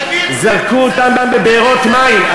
זרקו אותם לבארות מים.